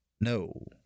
No